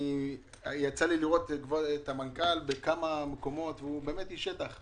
יצא לי לראות את המנכ"ל בכמה מקומות והוא באמת איש שטח.